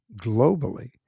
globally